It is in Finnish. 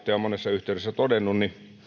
pääjohtaja on monessa yhteydessä todennut